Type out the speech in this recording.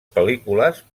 pel·lícules